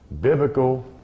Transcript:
biblical